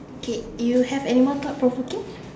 K you have anymore thought provoking